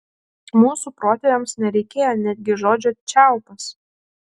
mūsų protėviams nereikėjo netgi žodžio čiaupas